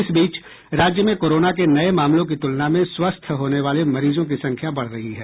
इस बीच राज्य में कोरोना के नए मामलों की तुलना में स्वस्थ होने वाले मरीजों की संख्या बढ़ रही है